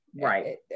Right